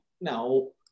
No